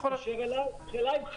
כאשר אדם אומר יש לי